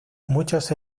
muchos